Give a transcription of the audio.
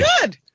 good